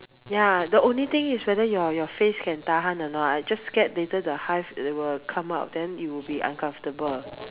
ya the only thing is whether your your face can tahan or not I just scared later the hives will come out then it will be uncomfortable